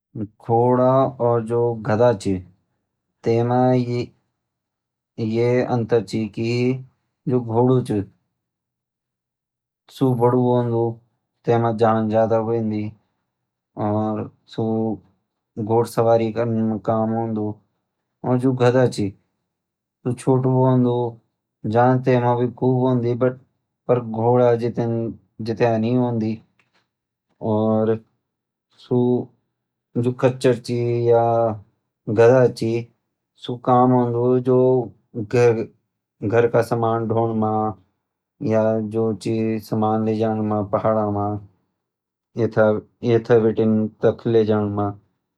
घोडा और गधा म यह अंतर छ, घोडु बडू होन्दु तेमा जान ज्यादा हुंदी और घुड़सवारी करण म काम औंदु गंधा छोटू हुंदु जान तेमा भी खूब होंदे पर घोडा जितनी नई होंदी सु काम औन्दु घर का सामान ढोन म